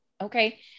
okay